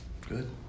Good